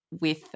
with-